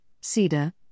Cedar